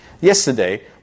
Yesterday